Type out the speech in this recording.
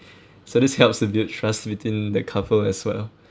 so this helps to build trust between the couple as well